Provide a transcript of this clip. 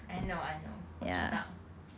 I know I know 我知道